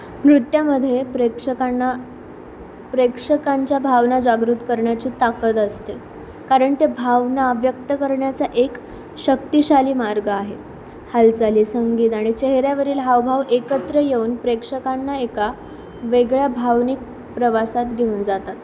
नृत्यामध्ये प्रेक्षकांना प्रेक्षकांच्या भावना जागृत करण्याची ताकद असते कारण ते भावना व्यक्त करण्याचा एक शक्तिशाली मार्ग आहे हालचाली संगीत आणि चेहऱ्यावरील हावभाव एकत्र येऊन प्रेक्षकांना एका वेगळ्या भावनिक प्रवासात घेऊन जातात